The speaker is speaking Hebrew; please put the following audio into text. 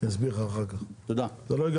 תודה רבה